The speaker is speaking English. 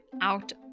out